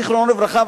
זיכרונו לברכה,